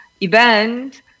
event